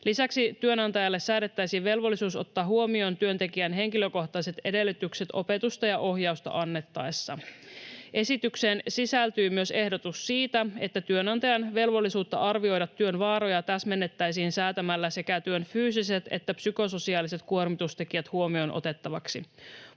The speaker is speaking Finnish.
Lisäksi työnantajalle säädettäisiin velvollisuus ottaa huomioon työntekijän henkilökohtaiset edellytykset opetusta ja ohjausta annettaessa. Esitykseen sisältyy myös ehdotus siitä, että työnantajan velvollisuutta arvioida työn vaaroja täsmennettäisiin säätämällä sekä työn fyysiset että psykososiaaliset kuormitustekijät huomioon otettavaksi.